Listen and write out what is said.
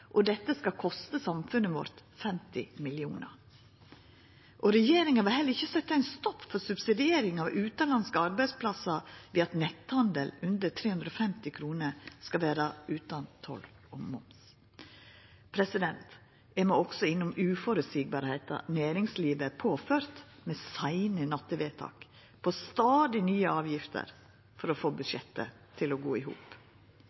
og dette skal koste samfunnet vårt 50 mill. kr. Regjeringa vil heller ikkje setja ein stopp for subsidieringa av utanlandske arbeidsplassar, ved at netthandel under 350 kr skal vera utan toll og moms. Eg må også innom den uføreseielege situasjonen som næringslivet har fått på grunn av seine nattevedtak om stadig nye avgifter for å få budsjettet til å gå i hop.